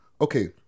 Okay